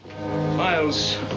Miles